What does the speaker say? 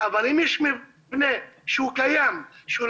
על זה אנחנו לא